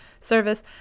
service